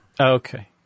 Okay